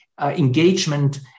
engagement